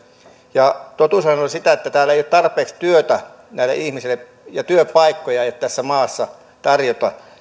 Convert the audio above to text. totuushan on sitä että täällä ei ole tarpeeksi työtä näille ihmisille ja työpaikkoja ei ole tässä maassa tarjota